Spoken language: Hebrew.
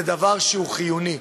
זה דבר שהוא חיוני.